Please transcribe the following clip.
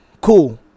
Cool